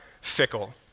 fickle